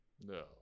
No